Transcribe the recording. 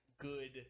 good